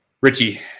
Richie